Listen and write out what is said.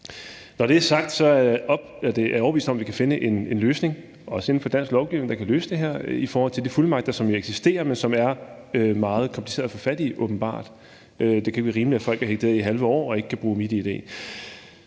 Når det er sagt, er jeg overbevist om, at vi kan finde en løsning, også inden for dansk lovgivning, der kan løse det her i forhold til de fuldmagter, som jo eksisterer, men som åbenbart er meget komplicerede at få fat i. Det kan ikke være rimeligt, at folk bliver hægtet af i halve år og ikke kan bruge MitID.